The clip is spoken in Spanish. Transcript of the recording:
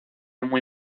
muy